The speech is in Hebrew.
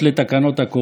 הכנסת,